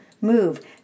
Move